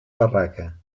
barraca